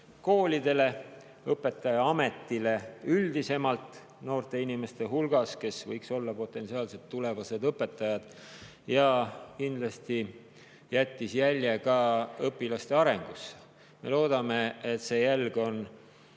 mainele ja õpetajaametile üldisemalt noorte inimeste hulgas, kes võiksid olla potentsiaalsed tulevased õpetajad, ning kindlasti jättis jälje ka õpilaste arengusse. Me loodame, et streigi